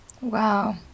Wow